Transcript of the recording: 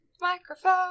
Microphone